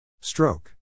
Stroke